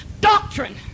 doctrine